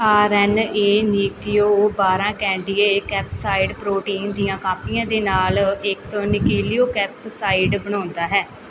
R N A ਨੀਕੀਔ ਬਾਰ੍ਹਾਂ ਕੇਨਡੀਏ ਕੈਪਸਾਈਡ ਪ੍ਰੋਟੀਨ ਦੀਆਂ ਕਾਪੀਆਂ ਦੇ ਨਾਲ ਇੱਕ ਨਿਊਕਲੀਓਕੈਪਸਿਡ ਬਣਾਉਂਦਾ ਹੈ